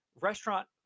restaurant